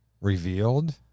revealed